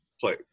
play